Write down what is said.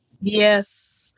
Yes